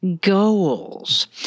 goals